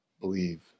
believe